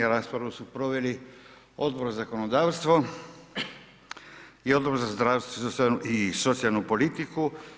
Raspravu su proveli Odbor za zakonodavstvo i Odbor za zdravstvo i socijalnu politiku.